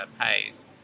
pays